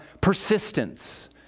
persistence